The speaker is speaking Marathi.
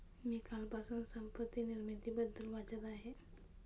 मी कालपासून संपत्ती निर्मितीबद्दल वाचत आहे